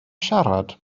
siarad